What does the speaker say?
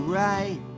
right